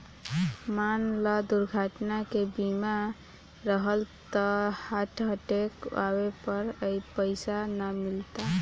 मान ल दुर्घटना के बीमा रहल त हार्ट अटैक आवे पर पइसा ना मिलता